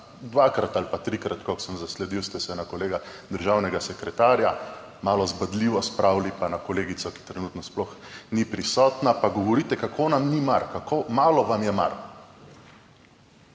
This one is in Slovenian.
Dvakrat ali pa trikrat, kot sem zasledil, ste se na kolega državnega sekretarja malo zbadljivo spravili, pa na kolegico, ki trenutno sploh ni prisotna, pa govorite, kako nam ni mar, kako malo nam je mar.